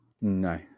no